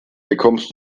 bekommst